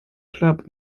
club